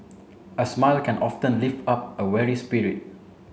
a smile can often lift up a weary spirit